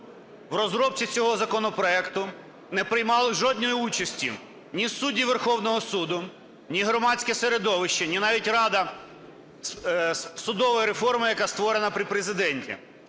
В розробці цього законопроекту не приймали жодної участі ні судді Верховного Суду, ні громадське середовище, ні навіть Рада судової реформи, яка створена при Президенті.